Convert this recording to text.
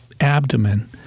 abdomen